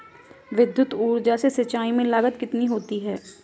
विद्युत ऊर्जा से सिंचाई में लागत कितनी होती है?